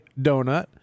donut